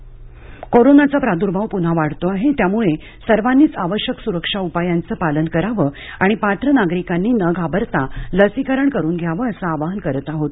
वार शुक्रवार कोरोनासंबंधी आवाहन कोरोनाचा प्रादुर्भाव पुन्हा वाढतो आहे त्यामुळे सर्वांनीच आवश्यक सुरक्षा उपायांचं पालन करावं आणि पात्र नागरिकांनी न घाबरता लसीकरण करून घ्यावं असं आवाहन करत आहोत